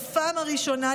בפעם הראשונה,